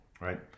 right